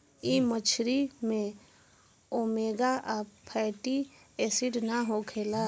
इ मछरी में ओमेगा आ फैटी एसिड ना होखेला